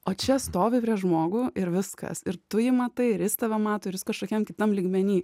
o čia stovi prieš žmogų ir viskas ir tu jį matai ir jis tave mato ir jis kažkokiam kitam lygmeny